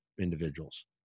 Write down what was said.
individuals